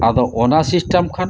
ᱟᱫᱚ ᱚᱱᱟ ᱥᱤᱥᱴᱮᱱ ᱠᱷᱟᱱ